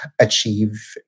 achieve